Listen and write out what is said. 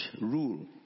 rule